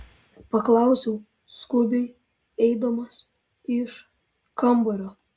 paklausiau skubiai eidamas iš kambario